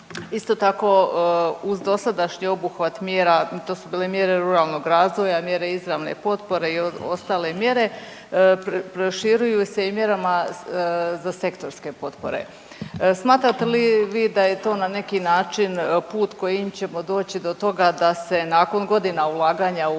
Isto tako uz dosadašnji obuhvat mjera, to su bile mjere ruralnog razvoja, mjere izravne potpore i ostale mjere, proširuju se i mjerama za sektorske potpore. Smatrate li vi da je to na neki način put kojim ćemo doći do toga se nakon godina ulaganja u